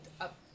up